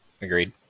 agreed